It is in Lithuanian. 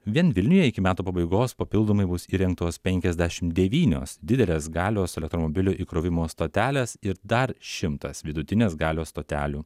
vien vilniuje iki metų pabaigos papildomai bus įrengtos penkiasdešimt devynios didelės galios elektromobilių įkrovimo stotelės ir dar šimtas vidutinės galios stotelių